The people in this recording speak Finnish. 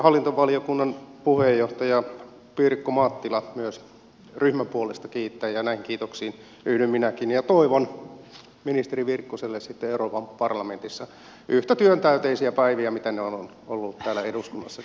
hallintovaliokunnan puheenjohtaja pirkko mattila myös ryhmän puolesta kiittää ja näihin kiitoksiin yhdyn minäkin ja toivon ministeri virkkuselle sitten euroopan parlamentissa yhtä työntäyteisiä päiviä kuin on ollut täällä eduskunnassakin